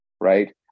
right